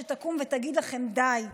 שתקום ותגיד לכם די?